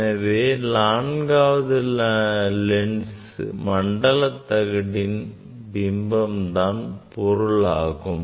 எனவே நான்காவது லென்ஸ்க்கு மண்டல தகட்டின் பிம்பம்தான் பொருளாகும்